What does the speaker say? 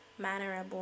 mannerable